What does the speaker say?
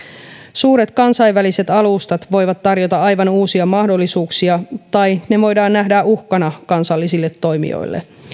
suuret kansainväliset alustat voivat tarjota aivan uusia mahdollisuuksia tai ne voidaan nähdä uhkana kansallisille toimijoille